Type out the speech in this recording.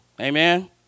Amen